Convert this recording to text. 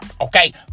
okay